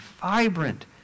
vibrant